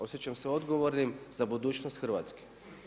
Osjećam se odgovornim za budućnost Hrvatske.